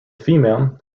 female